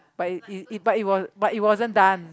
but it it but it was but it wasn't done